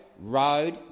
road